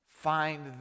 find